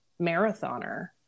marathoner